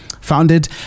founded